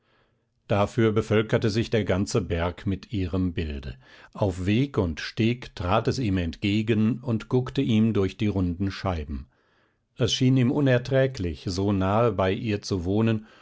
dafür bevölkerte sich der ganze berg mit ihrem bilde auf weg und steg trat es ihm entgegen und guckte ihm durch die runden scheiben es schien ihm unerträglich so nahe bei ihr zu wohnen